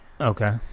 Okay